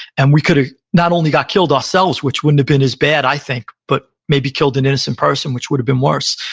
and we could have not only got killed ourselves, which wouldn't have been as bad, i think, but maybe killed an innocent person, which would have been worse.